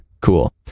Cool